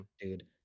dude